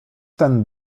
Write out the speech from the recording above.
ten